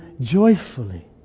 joyfully